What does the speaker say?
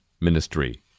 Ministry